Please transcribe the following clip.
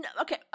Okay